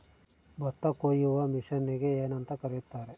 ಭತ್ತ ಕೊಯ್ಯುವ ಮಿಷನ್ನಿಗೆ ಏನಂತ ಕರೆಯುತ್ತಾರೆ?